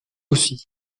aussi